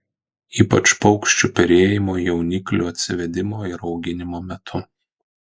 ypač paukščių perėjimo jauniklių atsivedimo ir auginimo metu